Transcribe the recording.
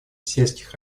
сельских